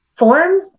form